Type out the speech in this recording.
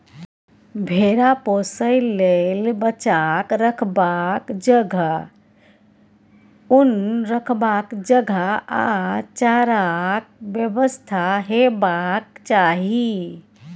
भेरा पोसय लेल बच्चाक रखबाक जगह, उन रखबाक जगह आ चाराक बेबस्था हेबाक चाही